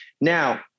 Now